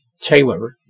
Taylor